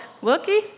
Wilkie